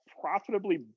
profitably